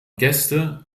gäste